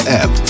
app